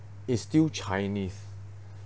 is still chinese